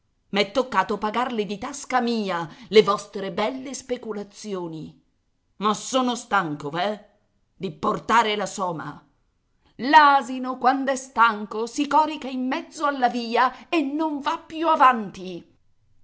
marito m'è toccato pagarle di tasca mia le vostre belle speculazioni ma son stanco veh di portare la soma l'asino quand'è stanco si corica in mezzo alla via e non va più avanti